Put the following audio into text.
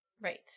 Right